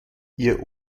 ihr